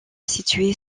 située